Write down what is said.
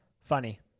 Funny